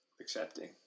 accepting